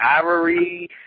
Ivory